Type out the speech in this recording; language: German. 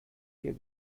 ihr